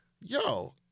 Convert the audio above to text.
yo